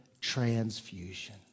transfusion